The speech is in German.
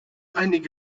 einige